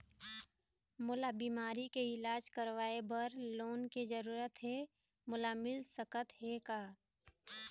मोला बीमारी के इलाज करवाए बर लोन के जरूरत हे मोला मिल सकत हे का?